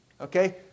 okay